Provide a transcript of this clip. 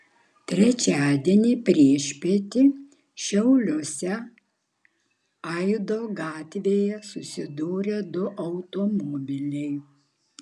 trečiadienį priešpiet šiauliuose aido gatvėje susidūrė du automobiliai